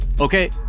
Okay